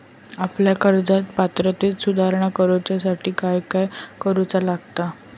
आपल्या कर्ज पात्रतेत सुधारणा करुच्यासाठी काय काय करूचा लागता?